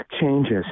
changes